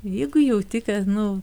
jeigu jauti kad nu